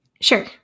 Sure